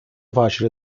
facile